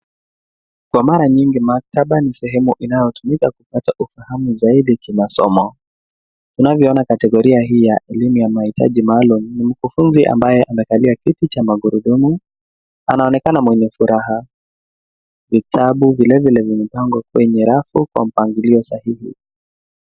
Kwa mara nyingi maktaba ni sehemu inayotumika kupata ufahamu zaidi kimasomo. Tunavyona kategoria hii ya elimu ya mahitaji maalum ni mkufunzi ambaye amekalia kiti cha magurudumu anaonekana mwenye furaha. Vitabu vilevile vimepangwa kwenye rafu kwa mpangilio sahihi.